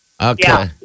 Okay